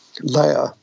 layer